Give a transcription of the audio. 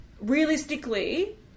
Realistically